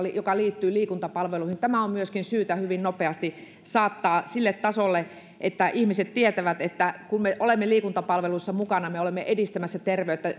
mikä liittyy liikuntapalveluihin tämä on myöskin syytä hyvin nopeasti saattaa sille tasolle että ihmiset tietävät että kun me olemme liikuntapalveluissa mukana olemme edistämässä terveyttä